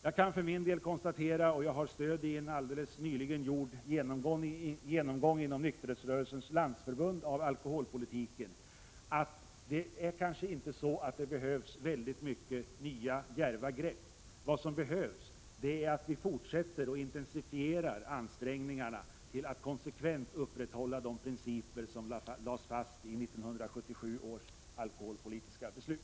Jag kan för min del konstatera, och jag har stöd i en alldeles nyligen gjord genomgång inom Nykterhetsrörelsens landsförbund av alkoholpolitiken, att det kanske inte behövs så mycket nya djärva grepp. Vad som krävs är att vi fortsätter och intensifierar ansträngningarna att konsekvent upprätthålla de principer som lades fast i 1977 års alkoholpolitiska beslut.